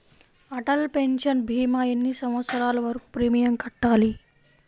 Atal pension భీమా ఎన్ని సంవత్సరాలు వరకు ప్రీమియం కట్టాలి?